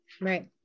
Right